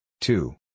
two